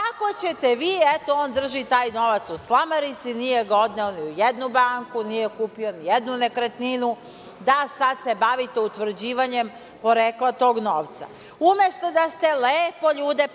Kako ćete vi, eto, on drži taj novac u slamarici, nije ga odneo ni u jednu banku, nije kupio nijednu nekretninu da sad se bavite utvrđivanjem porekla tog novca? Umesto da ste lepo ljude